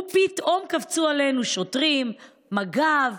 פתאום קפצו עלינו שוטרים, מג"ב.